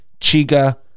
Chiga